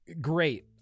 Great